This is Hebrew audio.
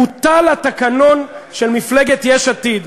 פה-אחד בוטל התקנון של מפלגת יש עתיד,